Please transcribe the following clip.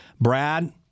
Brad